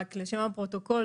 רק לשם הפרוטוקול,